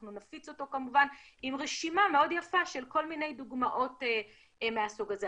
אנחנו נפיץ אותו כמובן עם רשימה מאוד יפה של כל מיני דוגמאות מהסוג הזה.